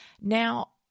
Now